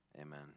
amen